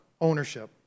ownership